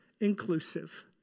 Inclusive